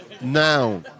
now